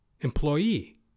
Employee